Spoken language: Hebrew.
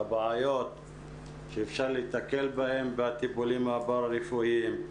ועל הבעיות שאפשר להיתקל בהם בטיפולים הפארה-רפואיים.